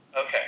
Okay